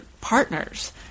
partners